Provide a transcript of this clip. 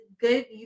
good